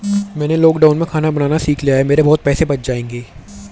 मैंने लॉकडाउन में खाना बनाना सीख लिया है, मेरे बहुत पैसे बच जाएंगे